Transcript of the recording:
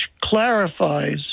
clarifies